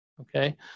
okay